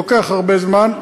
זה לוקח הרבה זמן,